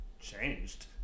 changed